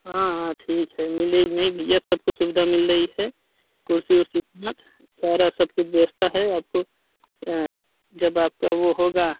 हाँ हाँ ठीक है मिलेगी नहीं भैया सबको सुविधा मिल रही है कुर्सी उर्सी के साथ सारा सब कुछ व्यवस्था है आपको जब आपका वह होगा